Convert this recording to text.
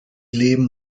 leben